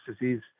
disease